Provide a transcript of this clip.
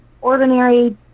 ordinary